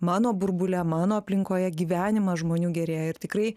mano burbule mano aplinkoje gyvenimas žmonių gerėja ir tikrai